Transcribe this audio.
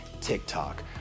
TikTok